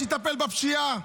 שיטפל בפשיעה,